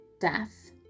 death